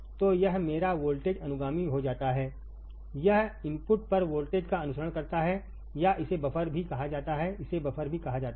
तो यह मेरा वोल्टेज अनुगामी हो जाता है यह इनपुट पर वोल्टेज का अनुसरण करता है या इसे बफर भी कहा जाता है इसे बफर भी कहा जाता है